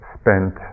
spent